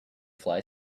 fly